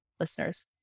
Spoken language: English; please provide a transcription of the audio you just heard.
listeners